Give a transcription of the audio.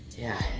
yeah.